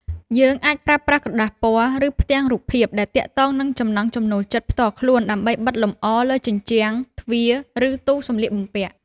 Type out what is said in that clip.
យើងអាចប្រើប្រាស់ក្រដាសពណ៌ ឬផ្ទាំងរូបភាព ដែលទាក់ទងនឹងចំណង់ចំណូលចិត្តផ្ទាល់ខ្លួនដើម្បីបិទលម្អលើ ជញ្ជាំង ទ្វារ ឬទូសម្លៀកបំពាក់។